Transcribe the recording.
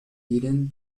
beaten